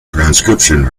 transcription